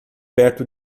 perto